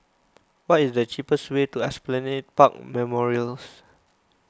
what is the cheapest way to Esplanade Park Memorials